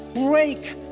break